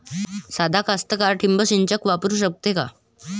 सादा कास्तकार ठिंबक सिंचन वापरू शकते का?